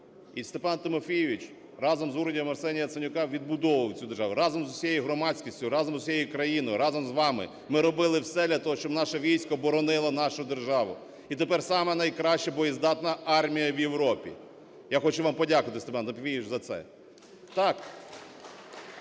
І Степан Тимофійович разом з урядом Арсенія Яценюка відбудовував цю державу, разом з усією громадськістю, разом з усією країною, разом з вами ми робили все для того, щоб наше військо боронило нашу державу. І тепер сама найкраща боєздатна армія в Європі. Я хочу вам подякувати, Степан Тимофійович, за це.